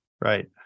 right